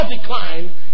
decline